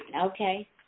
Okay